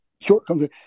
shortcomings